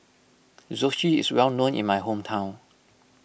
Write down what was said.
Zosui is well known in my hometown